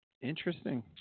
Interesting